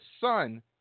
son